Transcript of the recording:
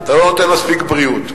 אתה לא נותן מספיק בריאות.